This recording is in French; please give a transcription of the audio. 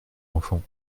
enfants